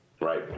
right